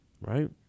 Right